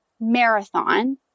marathon